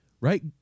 Right